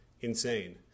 insane